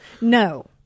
no